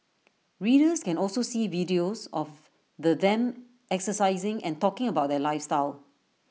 readers can also see videos of the them exercising and talking about their lifestyle